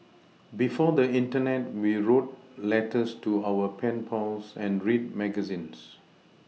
before the Internet we wrote letters to our pen pals and read magazines